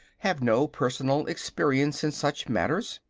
have no personal experience in such matters.